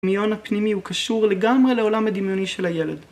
ה‫דמיון הפנימי הוא קשור לגמרי ‫לעולם הדמיוני של הילד.